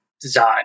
design